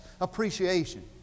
appreciation